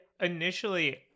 Initially